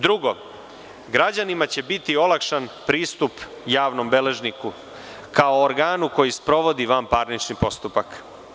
Drugo, građanima će biti olakšan pristup javnom beležniku kao organu koji sprovodi vanparnični postupak.